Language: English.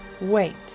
Wait